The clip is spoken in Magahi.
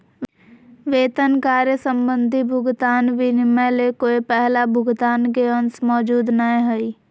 वेतन कार्य संबंधी भुगतान विनिमय ले कोय पहला भुगतान के अंश मौजूद नय हइ